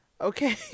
okay